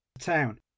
town